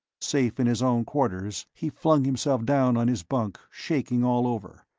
safe in his own quarters, he flung himself down on his bunk, shaking all over.